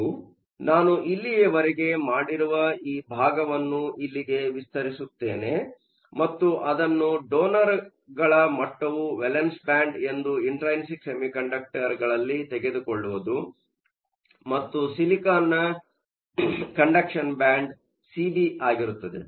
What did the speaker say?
ಹಾಗಾಗಿ ನಾನು ಇಲ್ಲಿಯವರೆಗೆ ಮಾಡಿರುವ ಈ ಭಾಗವನ್ನು ಇಲ್ಲಿಗೆ ವಿಸ್ತರಿಸುತ್ತೇನೆ ಮತ್ತು ಅದನ್ನು ಡೊನರ್ಗಳ ಮಟ್ಟವು ವೇಲೆನ್ಸ್ ಬ್ಯಾಂಡ್ ಎಂದು ಇಂಟ್ರೈನ್ಸಿಕ್ ಸೆಮಿಕಂಡಕ್ಟರ್Intrinsic semiconductorಗಳಲ್ಲಿ ತೆಗೆದುಕೊಳ್ಳುವುದು ಮತ್ತು ಸಿಲಿಕಾನ್ನ ಕಂಡಕ್ಷನ ಬ್ಯಾಂಡ್ ಸಿಬಿ ಆಗಿರುತ್ತದೆ